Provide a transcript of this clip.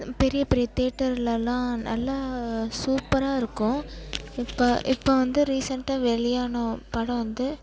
பெரிய பெரிய தேட்டர்லலாம் நல்லா சூப்பராக இருக்கும் இப்போ இப்போ வந்து ரீசெண்டாக வெளியான படம் வந்து